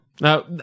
now